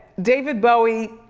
david bowie,